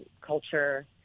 culture